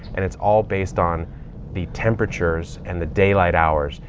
and it's all based on the temperatures and the daylight hours.